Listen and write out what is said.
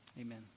amen